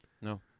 no